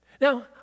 Now